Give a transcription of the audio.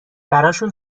براشون